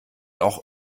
auch